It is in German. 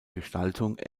gestaltung